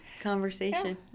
conversation